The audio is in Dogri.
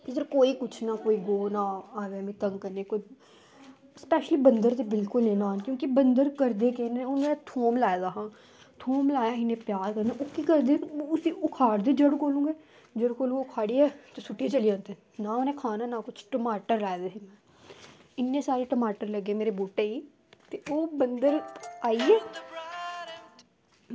इद्धर कोई कुछ ना कोई बोहना कोई होर इत्थें बंदर न ते बंदर करदे केह् न की इत्थें में थूम लाए दा हा ते ओह् करदे की उसगी उखाड़ दे ओह् केह् करदे की जेल्लै ओह् उखाड़ेआ ते ओह् सुट्टियै चली जंदे ना उनें खाना ते ना कुछ टमाटर लाये इन्ने सारे टमाटर लग्गे मेरे बूह्टै गी की ओह् बंदर आइया